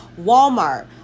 Walmart